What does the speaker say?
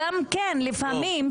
אלקין,